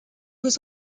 was